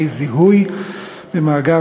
הודעה